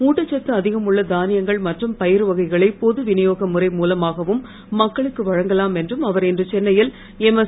ஊட்டச்சத்து அதிகமுள்ள தானியங்கள் மற்றும் பயிறு வகைகளை பொது வினியோக முறை மூலமாகவும் மக்களுக்கு வழங்கலாம் என்று அவர் இன்று சென்னையில் எம்எஸ்